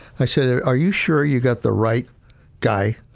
i said, are are you sure you got the right guy?